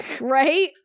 right